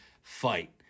fight